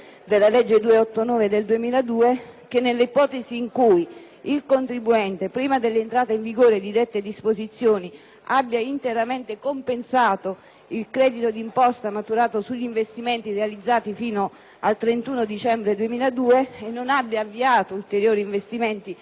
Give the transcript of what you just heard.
della legge n. 289 del 2002, che nell'ipotesi in cui il contribuente, prima dell'entrata in vigore di dette disposizioni, abbia interamente compensato il credito d'imposta maturato sugli investimenti realizzati fino al 31 dicembre 2002 e non abbia avviato ulteriori investimenti